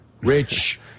Rich